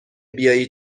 بیایی